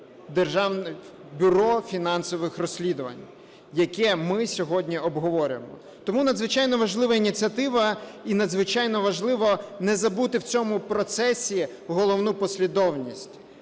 Державне бюро фінансових розслідувань, яке ми сьогодні обговорюємо. Тому надзвичайно важлива ініціатива і надзвичайно важливо не забути в цьому процесі головну послідовність.